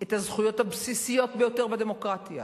את הזכויות הבסיסיות ביותר בדמוקרטיה: